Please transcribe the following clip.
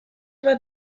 bat